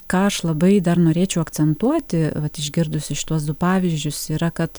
ką aš labai dar norėčiau akcentuoti vat išgirdusi šituos du pavyzdžius yra kad